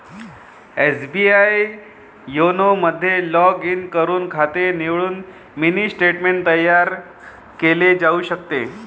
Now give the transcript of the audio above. SBI YONO मध्ये log in करून खाते निवडून मिनी स्टेटमेंट तयार केले जाऊ शकते